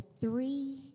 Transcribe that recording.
three